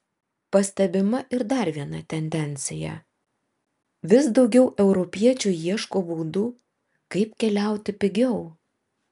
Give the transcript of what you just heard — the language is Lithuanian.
pastebima ir dar viena tendencija vis daugiau europiečių ieško būdų kaip keliauti pigiau